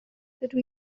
dydw